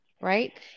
right